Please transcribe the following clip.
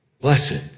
Blessed